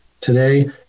today